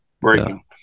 breaking